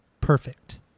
perfect